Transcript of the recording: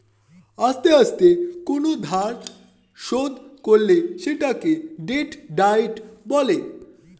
আস্তে আস্তে কোন ধার শোধ করলে সেটাকে ডেট ডায়েট বলে